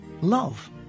love